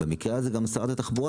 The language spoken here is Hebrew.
ובמקרה הזה גם משרד התחבורה,